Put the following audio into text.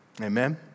Amen